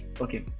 okay